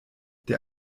der